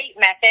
method